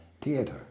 theatre